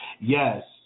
Yes